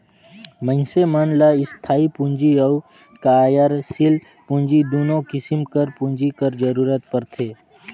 मइनसे मन ल इस्थाई पूंजी अउ कारयसील पूंजी दुनो किसिम कर पूंजी कर जरूरत परथे